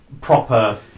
proper